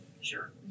Sure